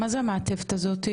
מה זה המעטפת הזאת?